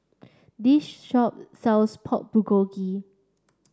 this shop sells Pork Bulgogi